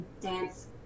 dance